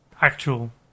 actual